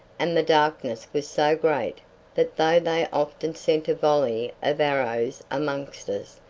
and the darkness was so great that though they often sent a volley of arrows amongst us,